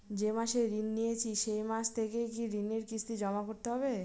যে মাসে ঋণ নিয়েছি সেই মাস থেকেই কি ঋণের কিস্তি জমা করতে হবে?